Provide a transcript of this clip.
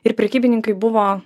ir prekybininkai buvo